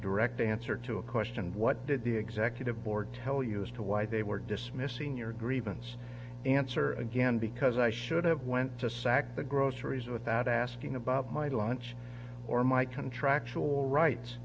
direct answer to a question what did the executive board tell you as to why they were dismissing your grievance the answer again because i should have went to sack the groceries without asking about my lunch or my contractual rights